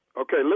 Okay